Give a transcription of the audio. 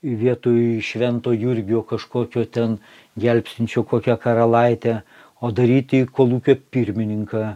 vietoj švento jurgio kažkokio ten gelbstinčio kokia karalaitę o daryti kolūkio pirmininką